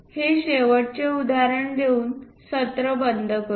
हे शेवटचे उदाहरण देऊन सत्र बंद करूया